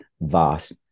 vast